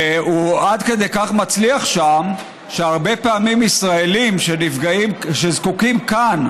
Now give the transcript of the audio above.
והוא עד כדי כך מצליח שם שהרבה פעמים ישראלים שזקוקים כאן